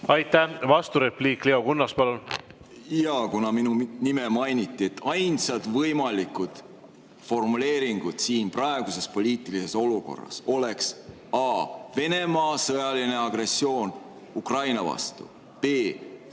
Aitäh! Vasturepliik, Leo Kunnas, palun! Jaa, minu nime mainiti. Ainsad võimalikud formuleeringud praeguses poliitilises olukorras oleks: a) "Venemaa sõjaline agressioon Ukraina vastu"; b)